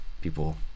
people